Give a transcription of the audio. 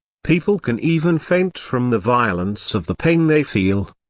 people can even faint from the violence of the pain they feel.